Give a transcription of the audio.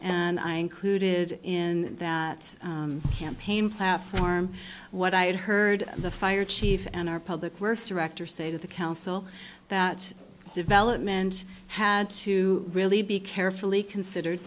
and i included in that campaign platform what i had heard the fire chief and our public works director say to the council that development had to really be carefully considered